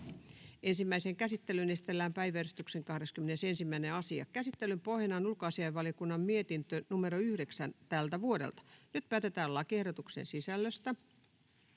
Ensimmäiseen käsittelyyn esitellään päiväjärjestyksen 17. asia. Käsittelyn pohjana on työelämä- ja tasa-arvovaliokunnan mietintö TyVM 10/2024 vp. Nyt päätetään lakiehdotuksen sisällöstä.